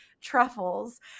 truffles